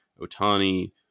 Otani